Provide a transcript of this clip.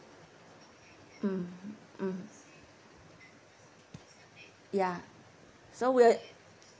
mm mm ya so we'll